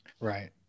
Right